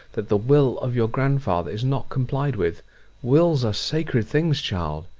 that the will of your grandfather is not complied with wills are sacred things, child.